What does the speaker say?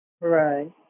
Right